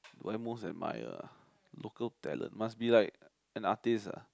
why most vampire local talent must be like an artist ah